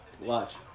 Watch